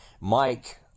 Mike